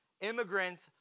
Immigrants